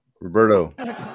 Roberto